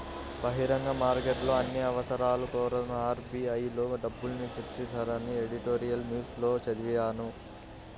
బహిరంగ మార్కెట్లో అన్ని అవసరాల కోసరం ఆర్.బి.ఐ లో డబ్బుల్ని సృష్టిస్తారని ఎడిటోరియల్ న్యూస్ లో చదివాను